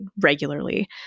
regularly